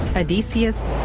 odysseus,